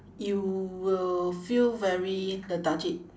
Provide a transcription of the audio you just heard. you will feel very lethargic